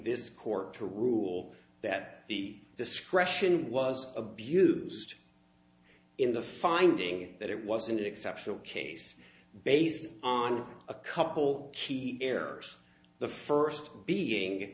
this court to rule that the discretion was abused in the finding that it was an exceptional case based on a couple key errors the first being